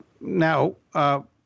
Now